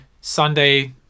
Sunday